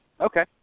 Okay